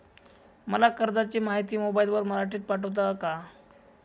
मला कर्जाची माहिती मोबाईलवर मराठीत पाठवता का?